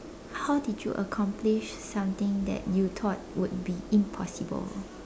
how did you accomplish something that you thought would be impossible